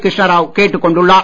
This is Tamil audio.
கிருஷ்ணா ராவ் கேட்டுக் கொண்டுள்ளார்